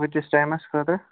کٍتِس ٹایمَس خٲطرٕ